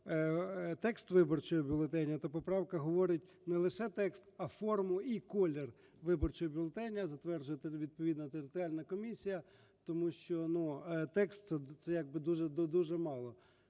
текст виборчого бюлетеня, то поправка говорить: не лише текст, а форму і колір виборчого бюлетеня затверджує відповідна територіальна комісія. Тому що, ну, текст – це як би дуже мало,